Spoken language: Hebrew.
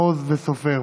אבי מעוז ואופיר סופר.